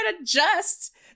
adjust